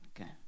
okay